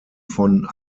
von